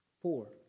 four